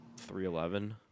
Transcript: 311